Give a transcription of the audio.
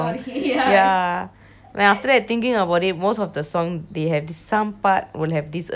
then after that thinking about it most of the song they have some part will have this abuse abuse kind of scene